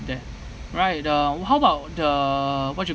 that right uh how about the what you